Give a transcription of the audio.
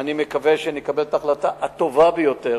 אני מקווה שנקבל את ההחלטה הטובה ביותר